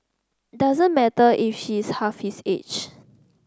doesn't matter if she's half his age